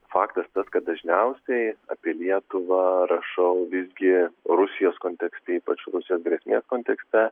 faktas tas kad dažniausiai apie lietuvą rašau visgi rusijos kontekste ypač rusijos grėsmės kontekste